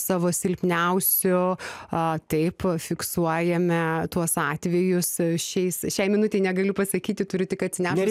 savo silpniausiu a taip fiksuojame tuos atvejus šiais šiai minutei negaliu pasakyti turi tik atsinešus